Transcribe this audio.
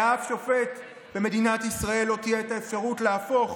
לאף שופט במדינת ישראל לא תהיה האפשרות להפוך